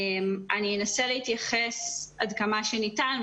אנסה להתייחס עד כמה שניתן,